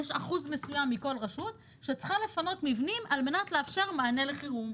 יש אחוז מסוים מכל רשות שצריכה לפנות מבנים על מנת לאפשר מענה לחירום,